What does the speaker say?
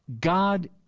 God